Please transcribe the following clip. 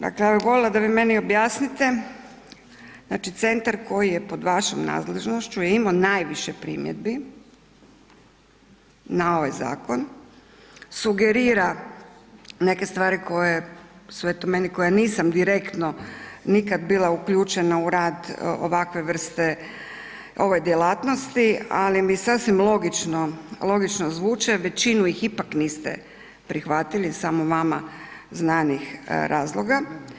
Dakle, ja bih voljela da vi meni objasnite, znači centar koji je pod vašom nadležnošću je imao najviše primjedbi na ovaj zakon, sugerira neke stvari koje su eto meni koja nisam direktno nikad bila uključena u rad ovakve vrste ove djelatnosti, ali mi sasvim logično zvuče, većinu ih ipak niste prihvatili iz samo vama znanih razloga.